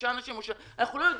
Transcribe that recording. אנחנו לא יודעים,